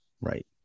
Right